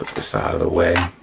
this out of the way.